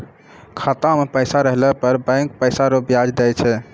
खाता मे पैसा रहला पर बैंक पैसा रो ब्याज दैय छै